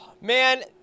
man